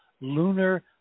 lunar